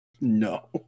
No